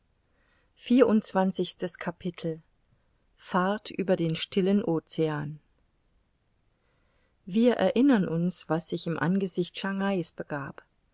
vierundzwanzigstes capitel fahrt über den stillen ocean wir erinnern uns was sich im angesicht schangais begab